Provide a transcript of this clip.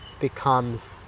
becomes